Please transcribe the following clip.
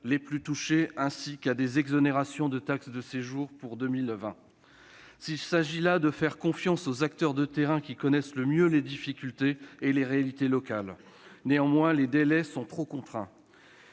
les plus touchées, ainsi qu'à des exonérations de taxe de séjour en 2020. Il s'agit là de faire confiance aux acteurs de terrain qui connaissent le mieux les difficultés et les réalités locales. Néanmoins, les délais sont trop contraints.